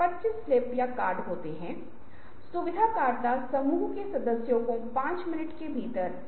तो आकार एक ऐसी चीज़ है जो बहुत सारी कल्पना को रास्ता देती है यदि आप एक ही तरह से रंगों के दिलचस्प विचारों के साथ आ रहे हैं